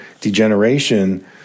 degeneration